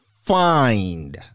find